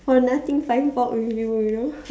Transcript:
for nothing find fault with you you know